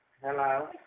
hello